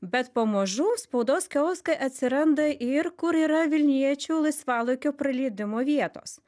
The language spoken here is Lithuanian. bet po mažu spaudos kioskai atsiranda ir kur yra vilniečių laisvalaikio praleidimo vietos